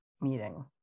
meeting